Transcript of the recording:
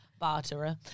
barterer